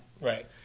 Right